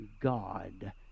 God